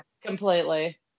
completely